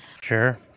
Sure